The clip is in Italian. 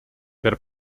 per